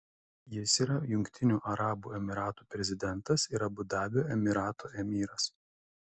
jis yra jungtinių arabų emyratų prezidentas ir abu dabio emyrato emyras